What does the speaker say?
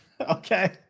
Okay